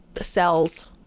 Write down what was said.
cells